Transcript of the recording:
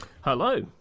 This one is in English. Hello